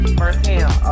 firsthand